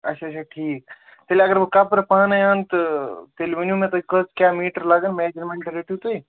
اچھا اچھا ٹھیٖک تیٚلہِ اگر بہٕ کَپرٕ پانَے اَن تہٕ تیٚلہِ ؤنِو مےٚ تُہۍ کٔژ کیٛاہ میٖٹر لگَن میجرمٮ۪نٛٹ رٔٹِو تُہۍ